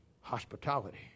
hospitality